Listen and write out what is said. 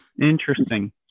interesting